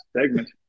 segment